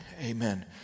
Amen